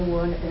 one